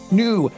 new